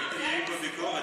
בעקבות הביקורת,